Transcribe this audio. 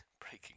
breaking